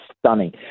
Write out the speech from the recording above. stunning